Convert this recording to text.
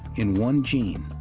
in one gene,